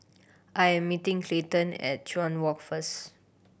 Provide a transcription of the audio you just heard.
I am meeting Clayton at Chuan Walk first